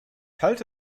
halte